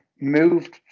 moved